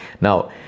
now